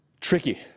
Tricky